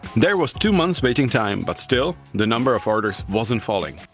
there was two months waiting time but still, the number of orders wasn't falling.